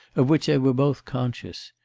of which they were both conscious,